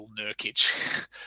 Nurkic